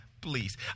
Please